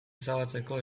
ezabatzeko